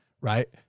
Right